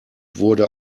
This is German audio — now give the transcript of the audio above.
wurde